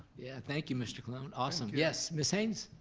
yeah thank you mr. colon, and awesome. yes, miss haynes.